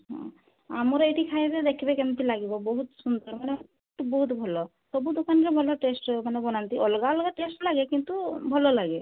ହଁ ଆମର ଏଇଠି ଖାଇବେ ଦେଖିବେ କେମିତି ଲାଗିବ ବହୁତ ସୁନ୍ଦର ମାନେ ଏଠି ବହୁତ ଭଲ ସବୁ ଦୁକାନରେ ଭଲ ଟେଷ୍ଟ୍ ମାନେ ବନାନ୍ତି ଅଲଗା ଅଲଗା ଟେଷ୍ଟ୍ ଲାଗେ କିନ୍ତୁ ଭଲ ଲାଗେ